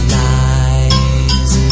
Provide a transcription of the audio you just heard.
lies